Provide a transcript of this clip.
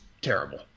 terrible